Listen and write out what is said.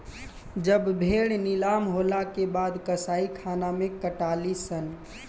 जब भेड़ नीलाम होला के बाद कसाईखाना मे कटाली सन